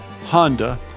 Honda